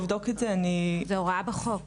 זו הוראה בחוק.